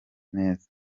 neza